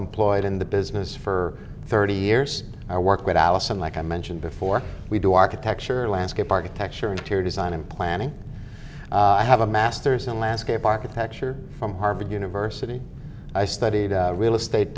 employed in the business for thirty years i work with allison like i mentioned before we do architecture landscape architecture interior design and planning i have a masters in landscape architecture from harvard university i studied real estate